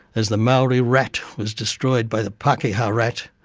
as the maori rat was destroyed by the pakeha rat,